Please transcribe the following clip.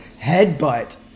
headbutt